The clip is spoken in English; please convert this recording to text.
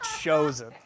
chosen